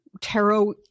tarot